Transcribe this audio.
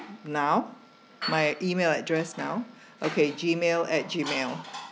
now my email address now okay gmail at gmail